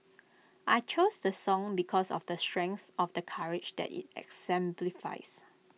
I chose the song because of the strength of the courage that IT exemplifies